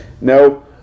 Now